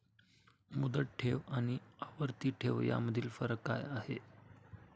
मुदत ठेव आणि आवर्ती ठेव यामधील फरक काय आहे?